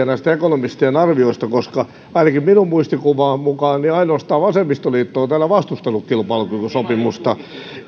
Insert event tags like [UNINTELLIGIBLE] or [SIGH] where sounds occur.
[UNINTELLIGIBLE] näistä ekonomistien arvioista koska ainakin minun muistikuvani mukaan ainoastaan vasemmistoliitto on täällä vastustanut kilpailukykysopimusta